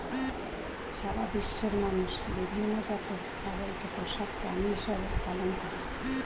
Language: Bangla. সারা বিশ্বের মানুষ বিভিন্ন জাতের ছাগলকে পোষা প্রাণী হিসেবে পালন করে